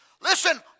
Listen